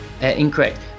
Incorrect